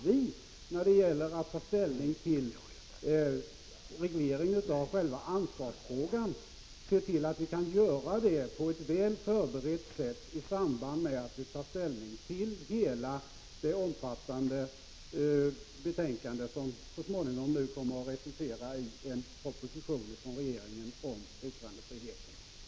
Vi bör också när vi tar ställning till regleringen av själva ansvarsfrågan se till att göra det på ett väl förberett sätt i samband med att vi tar ställning till hela det omfattande betänkande som så småningom kommer att resultera i en proposition från regeringen om yttrandefriheten.